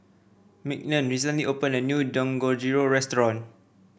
Mignon recently opened a new Dangojiru Restaurant